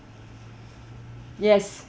yes